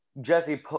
Jesse